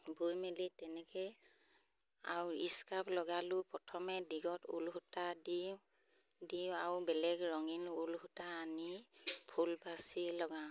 বৈ মেলি তেনেকৈ আৰু স্কাৰ্ফ লগালেও প্ৰথমে দীঘত ঊলসূতা দি দিওঁ আৰু বেলেগ ৰঙীন ঊলসূতা আনি ফুল বাচি লগাওঁ